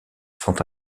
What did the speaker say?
sont